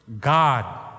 God